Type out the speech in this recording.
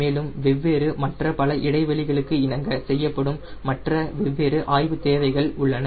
மேலும் வெவ்வேறு மற்ற பல இடைவெளிகளுக்கு இணங்க செய்யப்படும் மற்ற வெவ்வேறு ஆய்வு தேவைகள் உள்ளன